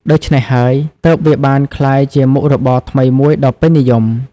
ដូច្នេះហើយ ទើបវាបានក្លាយជាមុខរបរថ្មីមួយដ៏ពេញនិយម។